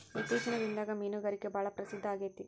ಇತ್ತೇಚಿನ ದಿನದಾಗ ಮೇನುಗಾರಿಕೆ ಭಾಳ ಪ್ರಸಿದ್ದ ಆಗೇತಿ